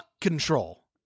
Control